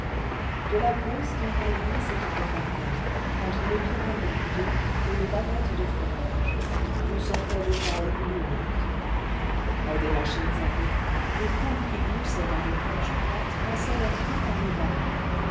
de la grosse quincaillerie s'étalait par terre entre les pyramides d'oeufs et les bannettes de fromages d'où sortaient des pailles gluantes près des machines à blé des poules qui gloussaient dans des cages plates passaient leurs cous par les barreaux